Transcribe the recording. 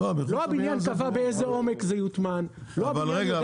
לא הבניין קבע באיזה עומק זה יוטמן -- אבל רגע,